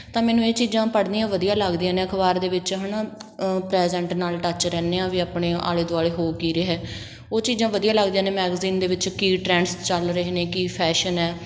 ਤਾਂ ਮੈਨੂੰ ਇਹ ਚੀਜ਼ਾਂ ਪੜ੍ਹਨੀਆਂ ਵਧੀਆ ਲੱਗਦੀਆਂ ਨੇ ਅਖਬਾਰ ਦੇ ਵਿੱਚ ਹੈ ਨਾ ਪ੍ਰੈਜੈਂਟ ਨਾਲ ਟੱਚ ਰਹਿੰਦੇ ਹਾਂ ਵੀ ਆਪਣੇ ਆਲੇ ਦੁਆਲੇ ਹੋ ਕੀ ਰਿਹਾ ਉਹ ਚੀਜ਼ਾਂ ਵਧੀਆ ਲੱਗਦੀਆਂ ਨੇ ਮੈਗਜ਼ੀਨ ਦੇ ਵਿੱਚ ਕੀ ਟਰੈਂਡਸ ਚੱਲ ਰਹੇ ਨੇ ਕੀ ਫੈਸ਼ਨ ਹੈ